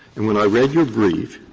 and when i read your brief,